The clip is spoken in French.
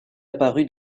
apparu